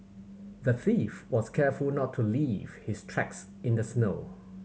the thief was careful not to leave his tracks in the snow